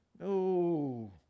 no